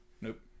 Nope